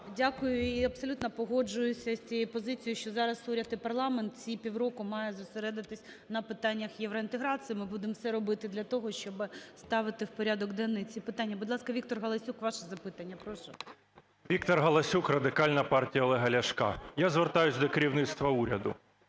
Дякую. І абсолютно погоджуюся з тією позицією, що зараз уряд і парламент ці півроку мають зосередитись на питаннях євроінтеграції. Ми будемо все робити для того, щоби ставити в порядок денний ці питання. Будь ласка, Віктор Галасюк, ваше запитання, прошу. 11:13:59 ГАЛАСЮК В.В. Віктор Галасюк, Радикальна партія Олега Ляшка. Я звертаюсь до керівництва уряду.